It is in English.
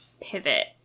pivot